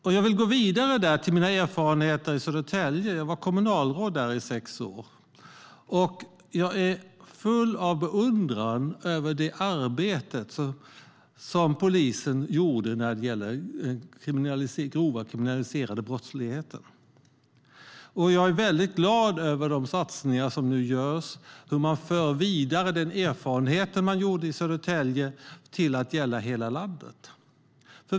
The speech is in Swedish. Låt mig gå vidare till mina erfarenheter i Södertälje. Jag var kommunalråd där i sex år. Jag är full av beundran över det arbete polisen där gjorde mot den grova organiserade brottsligheten. Jag är glad över de satsningar som görs där de erfarenheter som gjordes i Södertälje förs vidare till att gälla hela landet.